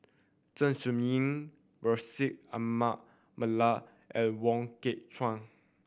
Zeng Shouyin Bashir Ahmad Mallal and Wong Kah